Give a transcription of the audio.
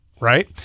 right